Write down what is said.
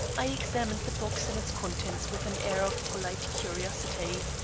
i examined the box and its contents with an air of polite curiosity.